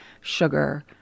sugar